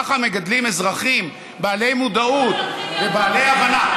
ככה מגדלים אזרחים בעלי מודעות ובעלי הבנה.